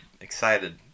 excited